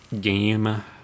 game